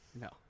No